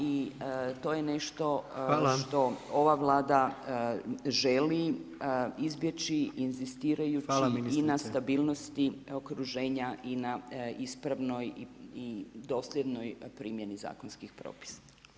I to je nešto što ova Vlada želi izbjeći inzistirajući i na stabilnosti okruženja i na ispravnoj i dosljednijoj primjeni zakonskih propisa.